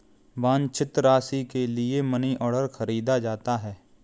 वांछित राशि के लिए मनीऑर्डर खरीदा जाता है